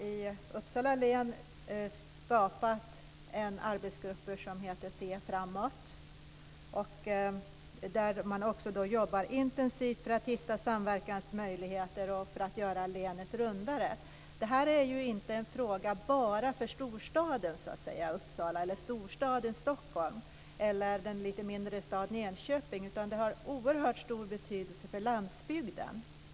I Uppsala län har en arbetsgrupp, Se framåt, skapats. Man jobbar intensivt för att hitta samverkansmöjligheter och för att göra länet "rundare". Detta är inte en fråga bara för storstaden Uppsala, storstaden Stockholm eller den lite mindre staden Enköping. Vi ska inte glömma bort att den har oerhört stor betydelse för landsbygden.